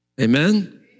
Amen